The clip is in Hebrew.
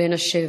בן השבע,